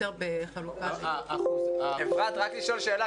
יותר בחלוקה --- אפרת, רק לשאול שאלה.